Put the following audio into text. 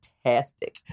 Fantastic